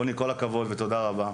רוני, תודה רבה וכל הכבוד.